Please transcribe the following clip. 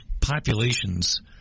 populations